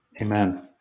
Amen